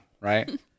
right